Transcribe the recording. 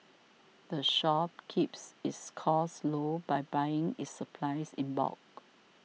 the shop keeps its costs low by buying its supplies in bulk